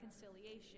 reconciliation